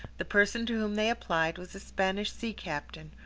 the person to whom they applied was a spanish sea-captain,